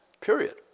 period